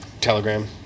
telegram